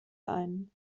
ein